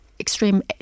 extreme